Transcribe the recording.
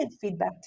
feedback